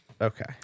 Okay